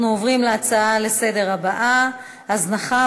אנחנו עוברים להצעה לסדר-היום הבאה בנושא: הזנחה